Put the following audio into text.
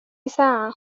ساعة